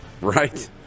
right